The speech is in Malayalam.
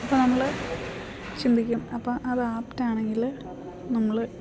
അപ്പോൾ നമ്മൾ ചിന്തിക്കും അപ്പോൾ അത് ആപ്റ്റാണെങ്കിൽ നമ്മൾ